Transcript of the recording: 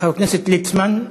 חבר הכנסת ליצמן?